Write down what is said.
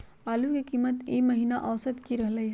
आलू के कीमत ई महिना औसत की रहलई ह?